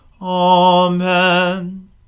Amen